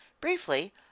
Briefly